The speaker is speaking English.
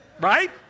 right